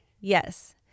Yes